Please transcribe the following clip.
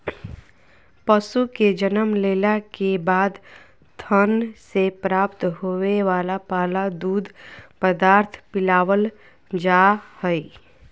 पशु के जन्म लेला के बाद थन से प्राप्त होवे वला पहला दूध पदार्थ पिलावल जा हई